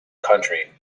country